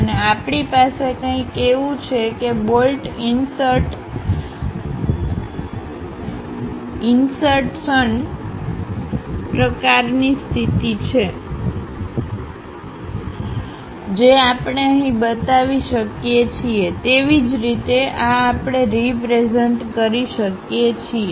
અને આપણી પાસે કંઇક એવું છે કે જે બોલ્ટ ઇન્સર્ટ સન પ્રકારની સ્થિતિ છે જે આપણે અહી બતાવી શકીએ છીએતેવી જ રીતે આ આપણે રીપ્રેઝન્ટ કરી શકીએ છીએ